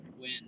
win